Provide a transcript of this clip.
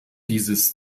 dieses